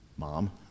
mom